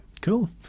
Cool